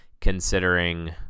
considering